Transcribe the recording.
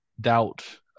doubt